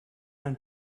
and